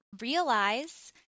realize